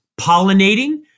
pollinating